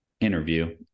interview